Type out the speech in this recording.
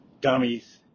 Dummies